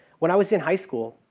when i was in high school